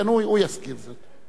כן, הוא יזכיר זאת.